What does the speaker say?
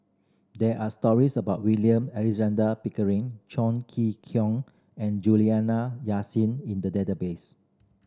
there are stories about William Alexander Pickering Chong Kee and Juliana Yasin in the database